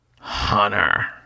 Hunter